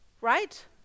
right